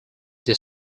they